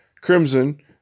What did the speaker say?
Crimson